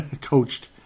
coached